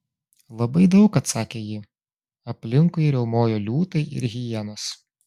labai daug atsakė ji aplinkui riaumojo liūtai ir hienos